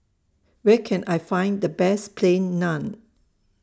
Where Can I Find The Best Plain Naan